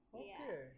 okay